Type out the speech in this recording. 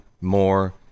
more